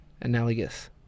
analogous